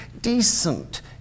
decent